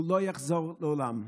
הוא לא יחזור לעולם.